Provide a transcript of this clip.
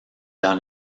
dans